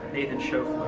nathan schoeffler.